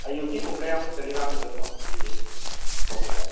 ꯑꯌꯨꯛꯀꯤ ꯄꯨꯡ ꯀꯌꯥꯃꯨꯛꯇꯒꯤ ꯂꯥꯛꯀꯗꯣꯏꯅꯣ ꯑꯗꯨꯏꯗꯤ ꯊꯣꯛꯄꯁꯦ